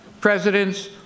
presidents